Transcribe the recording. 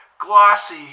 glossy